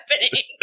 happening